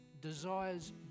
desires